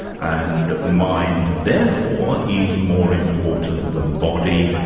and mind therefore is more important than body,